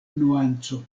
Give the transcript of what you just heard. nuanco